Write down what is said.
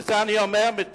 ואת זה אני אומר מתוך